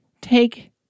Take